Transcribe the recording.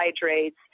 carbohydrates